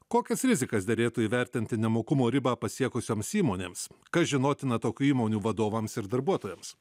kokias rizikas derėtų įvertinti nemokumo ribą pasiekusioms įmonėms kas žinotina tokių įmonių vadovams ir darbuotojams